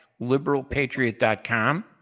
liberalpatriot.com